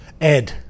Ed